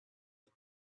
the